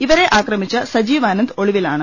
ഇവരെ ആക്രമിച്ച സജീവാനന്ദ് ഒളിവിലാണ്